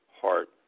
heart